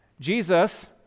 Jesus